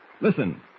Listen